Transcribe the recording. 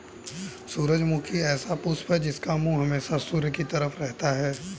सूरजमुखी ऐसा पुष्प है जिसका मुंह हमेशा सूर्य की तरफ रहता है